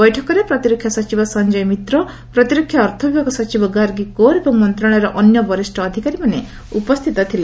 ବୈଠକରେ ପ୍ରତିରକ୍ଷା ସଚିବ ସଞ୍ଜୟ ମିତ୍ର ପ୍ରତିରକ୍ଷା ଅର୍ଥବିଭାଗ ସଚିବ ଗାର୍ଗୀ କୌର୍ ଏବଂ ମନ୍ତଶାଳୟର ଅନ୍ୟ ବରିଷ୍ଣ ଅଧିକାରୀମାନେ ଉପସ୍ଥିତ ଥିଲେ